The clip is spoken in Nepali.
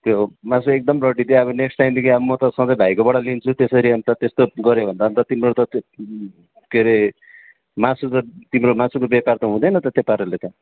त्यो मासु एकदम रड्डी थियो अब नेक्स्ट टाइमदेखि अब म त भाइकोबाट लिन्छु त्यसरी अन्त त्यस्तो गऱ्यो भने त अन्त तिम्रो के रे मासुको तिम्रो मासुको व्यापार त हुँदैन न त अन्त त्यस्तो पाराले त